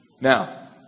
Now